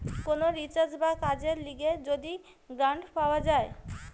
কোন রিসার্চ বা কাজের লিগে যদি গ্রান্ট পাওয়া যায়